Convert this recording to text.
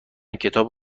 کتاب